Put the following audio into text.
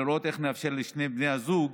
כדי לראות אך נאפשר לשני בני הזוג